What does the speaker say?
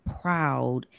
proud